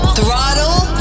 Throttle